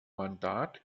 mandat